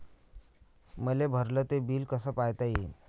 मले भरल ते बिल कस पायता येईन?